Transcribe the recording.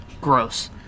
Gross